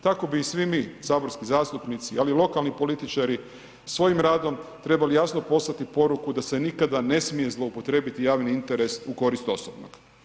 Tako bi i svi mi saborski zastupnici, ali i lokalni političari, svojim radom trebali jasno poslati poruku, da se nikada ne smije zloupotrijebiti javni interes u korist osobnog.